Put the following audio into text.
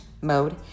mode